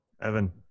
Evan